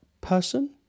person